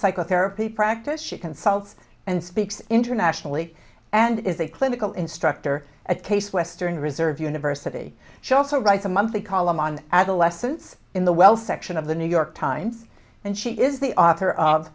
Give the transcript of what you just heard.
psychotherapy practice she consults and speaks internationally and is a clinical instructor at case western reserve university she also writes a monthly column on adolescents in the well section of the new york times and she is the author of